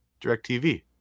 DirecTV